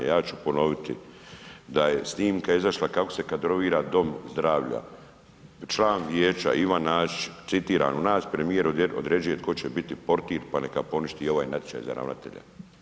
Ja ću ponoviti da je snimka izašla kako se kadrovira dom zdravlja, član vijeća Ivan Nasić citiram: U nas premijer određuje tko će biti portir pa neka poništi i ovaj natječaj za ravnatelja.